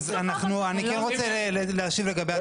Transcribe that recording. אנחנו, אני כן רוצה להשיב לגבי הדבר הזה.